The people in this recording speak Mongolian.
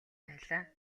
байлаа